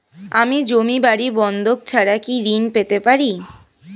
আমি জমি বাড়ি বন্ধক ছাড়া কি ঋণ পেতে পারি?